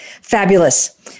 fabulous